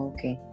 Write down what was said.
Okay